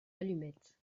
allumettes